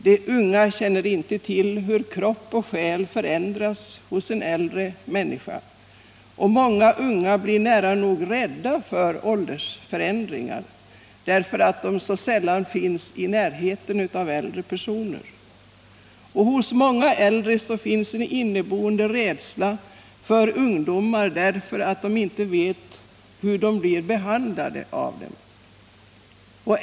De unga känner inte till hur kropp och själ förändras hos en äldre människa, och många unga blir nära nog rädda för åldersförändringar, på grund av att de så sällan finns i närheten av äldre personer. Hos många äldre finns en inneboende rädsla för ungdomar, därför att de inte vet hur de blir behandlade av dem.